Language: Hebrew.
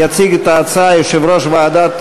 יציג את הצעת החוק היושב-ראש בכבודו ובעצמו,